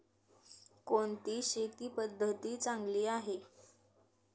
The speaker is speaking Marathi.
कोणती शेती पद्धती चांगली आहे?